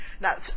Now